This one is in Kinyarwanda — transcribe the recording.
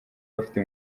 bafite